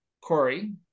Corey